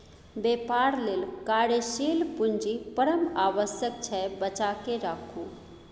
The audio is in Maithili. बेपार लेल कार्यशील पूंजी परम आवश्यक छै बचाकेँ राखू